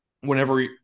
whenever